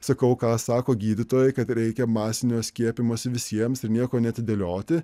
sakau ką sako gydytojai kad reikia masinio skiepijimosi visiems ir nieko neatidėlioti